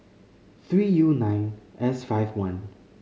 three U nine S five one